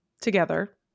together